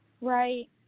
Right